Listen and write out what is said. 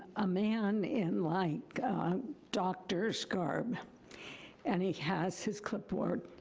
a man in like doctors garb and he has his clipboard,